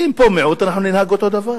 אתם פה מיעוט, אנחנו ננהג אותו דבר.